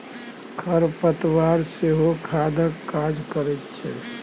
खर पतवार सेहो खादक काज करैत छै